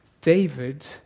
David